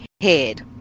head